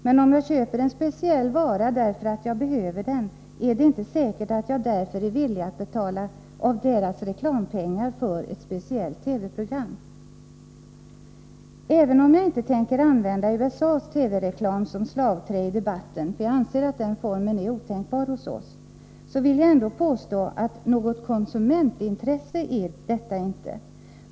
Men om jag köper en speciell vara därför att jag behöver den, är det inte säkert att jag därför är villig att betala genom företagets reklampengar för ett speciellt TV-program. Även om jag inte tänker använda USA:s TV-reklam som slagträ i debatten — jag anser att den formen är otänkbar hos oss — vill jag ändå påstå att TV-reklam inte är något konsumentintresse.